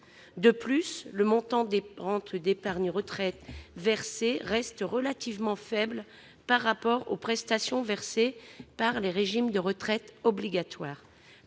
De plus, le montant des rentes d'épargne retraite reste relativement faible par rapport aux prestations versées par les régimes de retraite obligatoires.